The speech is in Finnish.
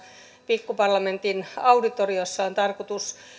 pikkuparlamentin auditoriossa on tarkoitus